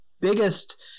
biggest